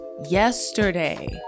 yesterday